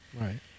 Right